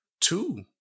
two